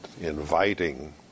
inviting